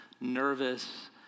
nervous